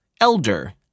elder